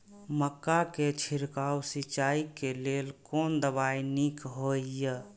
मक्का के छिड़काव सिंचाई के लेल कोन दवाई नीक होय इय?